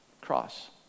Cross